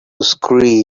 scream